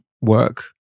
work